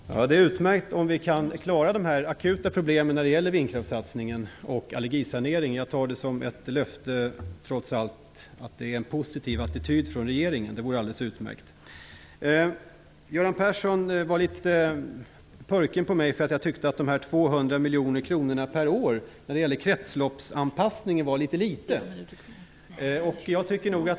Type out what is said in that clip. Fru talman! Det är utmärkt om vi kan klara de akuta problemen när det gäller vindkraftssatsningen och allergisaneringen. Jag tar det som ett löfte. Det finns en positiv attityd från regeringen. Det är alldeles utmärkt. Göran Persson var litet purken på mig för att jag tyckte att 200 miljoner kronor per år till kretsloppsanpassning var för litet.